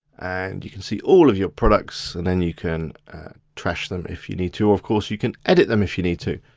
and you can see all of your products and then you can trash them if you need to or of course you can edit them if you need to.